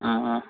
ஆ ஆ